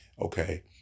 Okay